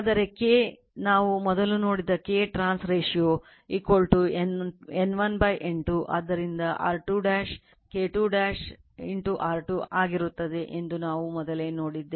ಆದರೆ K ನಾವು ಮೊದಲು ನೋಡಿದ K trans ratio N1 N2 ಆದ್ದರಿಂದ R2 K 2 R2 ಆಗಿರುತ್ತದೆ ಎಂದು ನಾವು ಮೊದಲೇ ನೋಡಿದ್ದೇವೆ